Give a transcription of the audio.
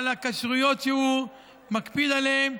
על הכשרויות שהוא מקפיד עליהן,